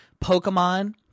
pokemon